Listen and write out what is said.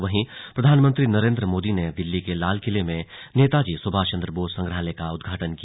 वहीं प्रधानमंत्री नरेंद्र मोदी ने दिल्ली के लालकिले में नेताजी सुभाष चंद्र बोस संग्रहालय का उदघाटन किया